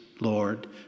Lord